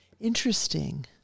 Interesting